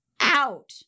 out